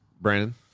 Brandon